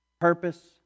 Purpose